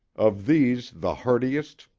of these the hardiest,